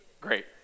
great